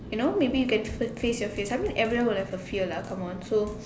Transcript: you know maybe you can face your fear something I mean everyone will have a fear lah come on so